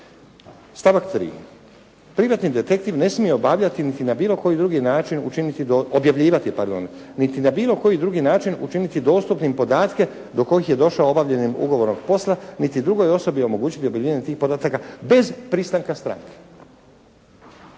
bilo koji drugi način učiniti» objavljivati pardon «niti na bilo koji drugi način učiniti dostupnim podatke do kojih je došao obavljanjem ugovornog posla niti drugoj osobi omogućiti objavljivanje tih podataka bez pristanka stranke.